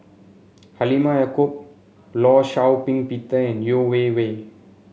Halimah Yacob Law Shau Ping Peter and Yeo Wei Wei